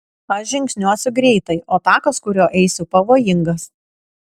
aš žingsniuosiu greitai o takas kuriuo eisiu pavojingas